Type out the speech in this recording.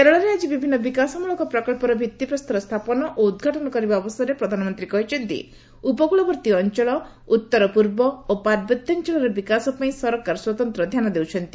କେରଳରେ ଆଜି ବିଭିନ୍ନ ବିକାଶମୂଳକ ପ୍ରକଚ୍ଚର ଭିତ୍ତିପ୍ରସ୍ତର ସ୍ଥାପନ ଓ ଉଦ୍ଘାଟନ କରିବା ଅବସରରେ ପ୍ରଧାନମନ୍ତ୍ରୀ କହିଛନ୍ତି ଉପକୂଳବର୍ତ୍ତୀ ଅଞ୍ଚଳ ଉତ୍ତର ପୂର୍ବ ଓ ପାର୍ବତ୍ୟାଞ୍ଚଳର ବିକାଶ ପାଇଁ ସରକାର ସ୍ୱତନ୍ତ୍ର ଧ୍ୟାନ ଦେଉଛନ୍ତି